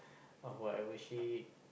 not whatever wish